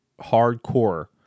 hardcore